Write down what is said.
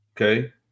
okay